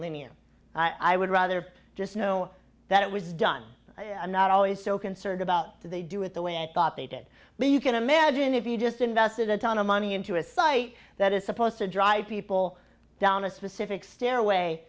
linea i would rather just know that it was done and not always so concerned about they do it the way i thought they did but you can imagine if you just invested a ton of money into a site that is supposed to drive people down a specific stairway